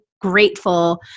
grateful